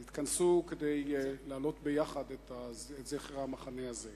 התכנסו כדי להעלות יחד את זכר המחנה הזה.